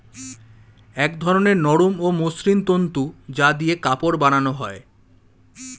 এক ধরনের নরম ও মসৃণ তন্তু যা দিয়ে কাপড় বানানো হয়